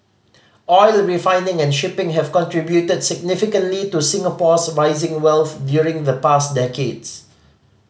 oil refining and shipping have contributed significantly to Singapore's rising wealth during the past decades